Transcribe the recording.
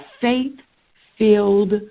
faith-filled